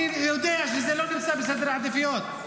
אני יודע שזה לא נמצא בסדר העדיפויות,